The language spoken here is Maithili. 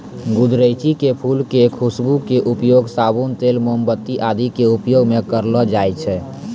गुदरैंची के फूल के खुशबू के उपयोग साबुन, तेल, मोमबत्ती आदि के उपयोग मं करलो जाय छै